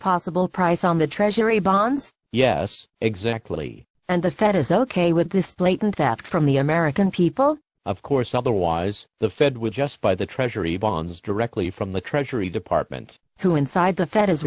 possible price on the treasury bonds yes exactly and the fed is ok with this blatant theft from the american people of course otherwise the fed would just buy the treasury bonds directly from the treasury department who inside the f